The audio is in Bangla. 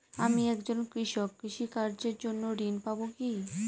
আমি একজন কৃষক কৃষি কার্যের জন্য ঋণ পাব কি?